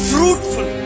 Fruitful